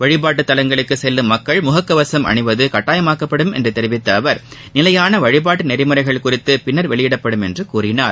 வழிபாட்டு தலங்களுக்கு செல்லும் மக்கள் முகக்கவசம் அணிவது கட்டாயமாக்கப்படும் என்று தெரிவித்த அவர் நிலையான வழிபாட்டு நெறிமுறைகள் குறித்து பின்னர் வெளியிடப்படும் என்று கூறினார்